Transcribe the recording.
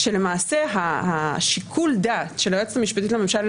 שלמעשה שיקול הדעת של היועצת המשפטית לממשלה,